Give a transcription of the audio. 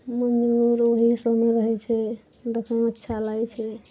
मयूर ओही सबमे रहै छै देखैमे अच्छा लागै छै